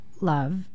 love